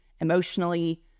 emotionally